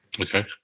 Okay